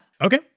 Okay